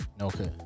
Okay